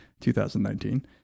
2019